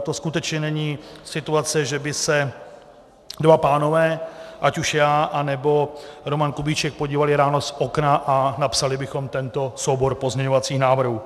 Toto skutečně není situace, že by se dva pánové, ať už já, anebo Roman Kubíček, podívali ráno z okna a napsali bychom tento soubor pozměňovacích návrhů.